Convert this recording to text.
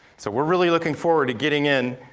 so we're really looking forward to getting in,